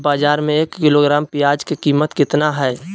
बाजार में एक किलोग्राम प्याज के कीमत कितना हाय?